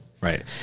Right